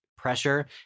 pressure